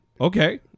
Okay